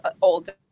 older